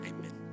Amen